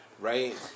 right